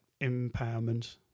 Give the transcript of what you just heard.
empowerment